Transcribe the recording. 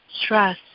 stress